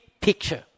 picture